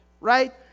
right